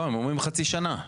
לא, הם אומרים חצי שנה.